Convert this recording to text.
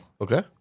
Okay